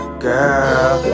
Girl